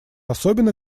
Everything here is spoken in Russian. особенно